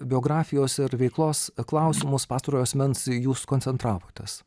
biografijos ir veiklos klausimus pastarojo asmens jūs koncentravotės